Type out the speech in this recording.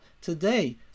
today